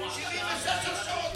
76 הרשעות,